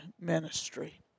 ministry